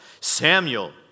Samuel